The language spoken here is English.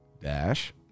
dash